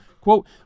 quote